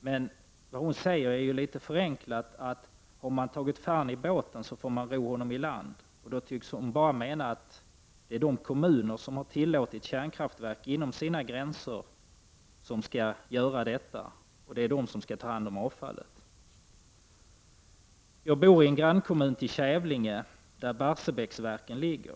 men vad hon säger är litet förenklat att har man tagit fan i båten får man ro honom i land. Och då tycks hon mena att det är de kommuner som tillåtit kärnkraftverk inom sina gränser som skall ta hand om avfallet. Jag bor i en grannkommun till Kävlinge, där Barsebäcksverken ligger.